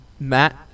Matt